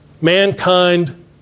Mankind